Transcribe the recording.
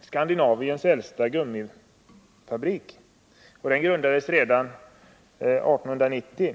Skandinaviens äldsta gummifabrik och grundades redan 1890.